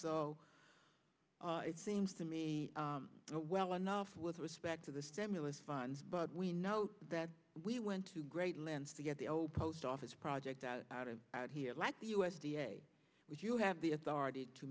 so it seems to me well enough with respect to the stimulus funds but we know that we went to great lengths to get the old post office project out of out here like the u s d a which you have the authority to